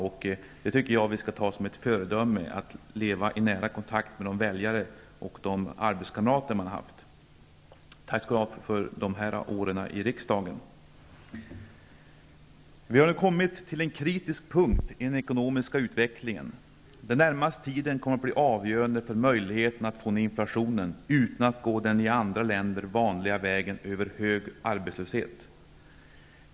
Detta tycker jag att vi skall ta som ett föredöme, att leva i nära kontakt med väljarna och de arbetskamrater som man har haft. Tack, Lars-Ove Hagberg, för dessa år i riksdagen. ''Vi har nu kommit till en kritisk punkt i den ekonomiska utvecklingen. Den närmaste tiden kommer att bli avgörande för möjligheten att få ned inflationen utan att gå den i andra länder vanliga vägen över hög arbetslöshet.''